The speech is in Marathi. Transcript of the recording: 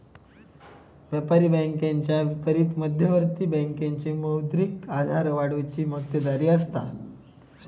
व्यापारी बँकेच्या विपरीत मध्यवर्ती बँकेची मौद्रिक आधार वाढवुची मक्तेदारी असता